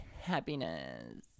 happiness